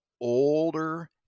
older